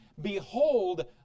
Behold